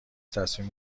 تصمیم